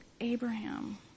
Abraham